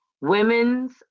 Women's